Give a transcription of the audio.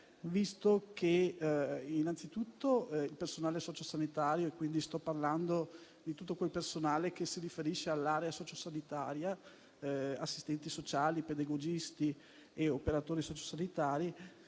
visto che innanzitutto il personale sociosanitario - sto parlando di tutto il personale che si riferisce all'area sociosanitaria (assistenti sociali, pedagogisti e operatori sociosanitari)